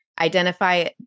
identify